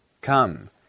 Come